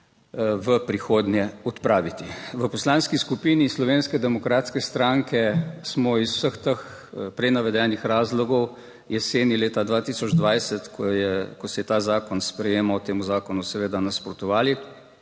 v prihodnje odpraviti. V Poslanski skupini Slovenske demokratske stranke smo iz vseh teh prej navedenih razlogov jeseni leta 2020, ko se je ta zakon sprejemal, temu zakonu seveda nasprotovali.